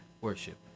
worship